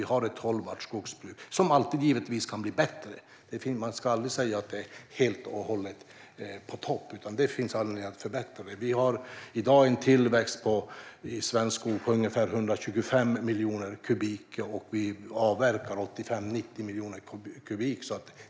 Givetvis kan det alltid bli bättre. Man ska aldrig säga att det är helt och hållet på topp, utan det finns anledning att förbättra det. Vi har i dag en tillväxt i svensk skog på ungefär 125 miljoner kubikmeter, och vi avverkar 85-90 miljoner kubikmeter.